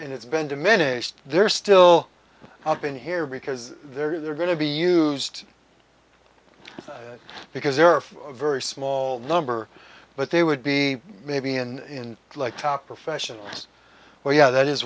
and it's been diminished they're still not been here because they're going to be used because there are a very small number but they would be maybe in like top professional well yeah that is